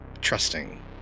trusting